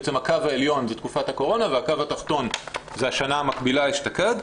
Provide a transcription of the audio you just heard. בעצם הקו העליון זה תקופת הקורונה והקו התחתון זה השנה המקבילה אשתקד,